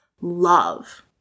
love